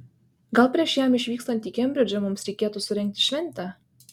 gal prieš jam išvykstant į kembridžą mums reikėtų surengti šventę